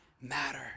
matter